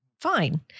fine